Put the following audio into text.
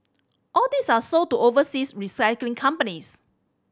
all these are sold to overseas recycling companies